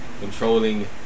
controlling